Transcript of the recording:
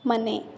ಮನೆ